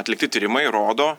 atlikti tyrimai rodo